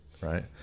right